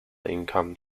income